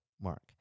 mark